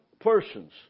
persons